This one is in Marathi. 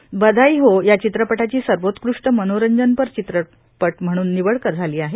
बधाई हो या चित्रपटाची सर्वोत्कृष्ट मनोरख़नपर चित्रपट म्हणून निवड झाली आहे